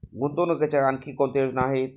गुंतवणुकीच्या आणखी कोणत्या योजना आहेत?